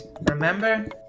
Remember